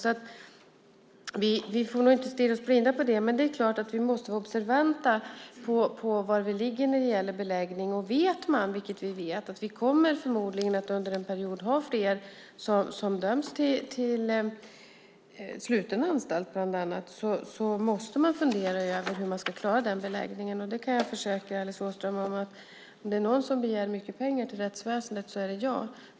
Vi får nog alltså inte stirra oss blinda på det. Men det är klart att vi måste vara observanta på var vi ligger när det gäller beläggning. Vet man, vilket vi vet, att vi förmodligen under en period kommer att ha fler som döms till sluten anstalt bland annat, måste man fundera över hur man ska klara beläggningen. Det kan jag försäkra Alice Åström: Är det någon som begär mycket pengar till rättsväsendet så är det jag.